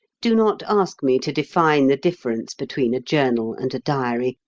do not ask me to define the difference between a journal and a diary.